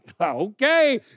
okay